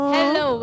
Hello